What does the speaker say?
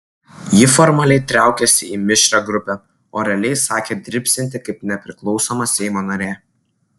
ji formaliai traukiasi į mišrią grupę o realiai sakė dirbsianti kaip nepriklausoma seimo narė